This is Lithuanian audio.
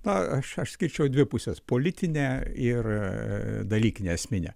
na aš išskirčiau dvi pusės politinę ir dalykinę esminę